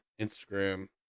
instagram